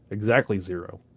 exactly zero?